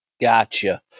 Gotcha